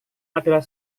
adalah